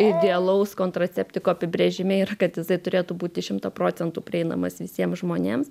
idealaus kontraceptiko apibrėžime yra kad jisai turėtų būti šimtą procentų prieinamas visiems žmonėms